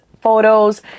photos